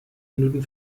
minuten